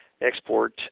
export